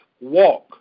walk